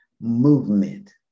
movement